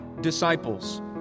disciples